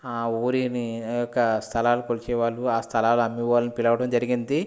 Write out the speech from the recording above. ఆ ఊరు యొక్క స్థలాలు కొలిచేవారు ఆ స్థలాలని అమ్మేవారిని పిలవడం జరిగింది